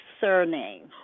surname